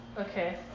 Okay